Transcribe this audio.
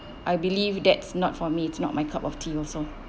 I believe that's not for me it's not my cup of tea also